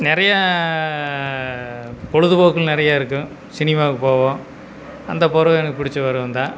நிறைய பொழுதுப்போக்குகள் நிறைய இருக்கும் சினிமாக்கு போவோம் அந்த பருவம் எனக்கு பிடிச்ச பருவம் தான்